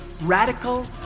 radical